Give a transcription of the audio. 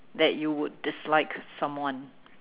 that you would dislike someone